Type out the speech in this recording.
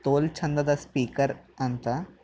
ತೋಲು ಚಂದದ ಸ್ಪೀಕರ್ ಅಂತ